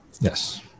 Yes